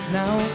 now